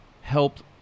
helped